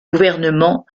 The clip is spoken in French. gouvernement